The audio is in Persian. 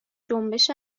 جنبش